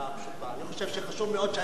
אני חושב שחשוב מאוד שהאזרחים ידעו,